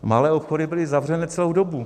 Malé obchody byly zavřené celou dobu.